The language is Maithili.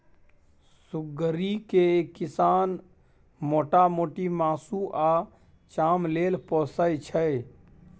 सुग्गरि केँ किसान मोटा मोटी मासु आ चाम लेल पोसय छै